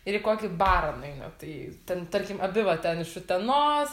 ir į kokį barą nueinat tai ten tarkim abi va ten iš utenos